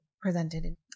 presented